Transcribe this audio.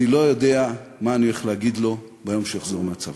אני לא יודע מה אני הולך להגיד לו ביום שהוא יחזור מהצבא.